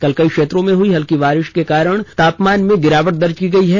कल कई क्षेत्रों में हुई हल्की वर्षा के कारण तापमान में गिरावट दर्ज की गई है